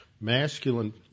masculine